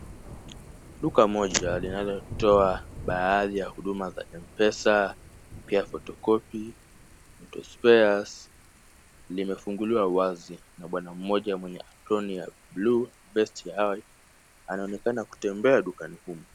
Duka moja linalotoa baadhi ya huduma za M-Pesa, pia photocopy, auto spare limefunguliwa wazi na bwana mmoja mwenye aproni ya buluu vest ya white anaonekana kutembea dukani humo .